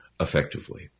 effectively